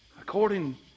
According